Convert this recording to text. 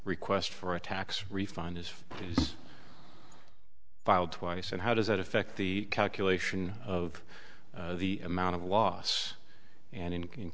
request for a tax refund is filed twice and how does that affect the calculation of the amount of loss and in